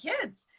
kids